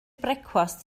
brecwast